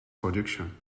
production